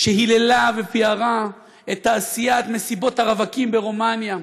שהיללה ופיארה את תעשיית מסיבות הרווקים ברומניה.